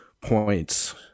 points